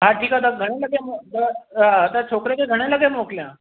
हा ठीकु आहे त घणे लॻे त छोकिरे खे घणे लॻे मोकिलियां